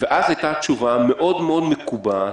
ואז הייתה תשובה מאוד מאוד מקובעת,